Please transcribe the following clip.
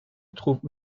trouve